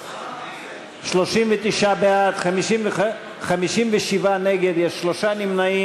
39 בעד, 57 נגד, שלושה נמנעים.